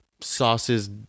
sauces